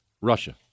Russia